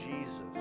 Jesus